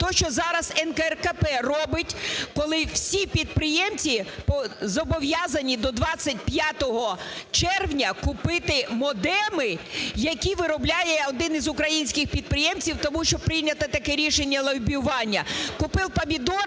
Те, що зараз НКРЕКП робить, коли всі підприємці зобов'язані до 25 червня купити модеми, які виробляє один із українських підприємців, тому що прийнято таке рішення лобіювання.